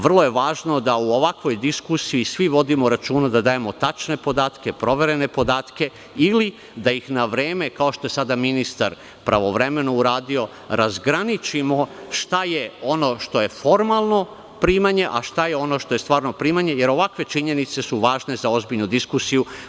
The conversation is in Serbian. Vrlo je važno da u ovakvoj diskusiji svi vodimo računa da dajemo tačne podatke, proverene podatke, ili da na vreme, kao što je sada ministar pravovremeno uradio, razgraničimo šta je ono što je formalno primanje, a šta je ono što je stvarno primanje, jer ovakve činjenice su važne za ozbiljnu diskusiju.